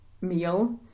meal